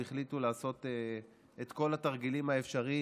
אז החליטו לעשות את כל התרגילים האפשריים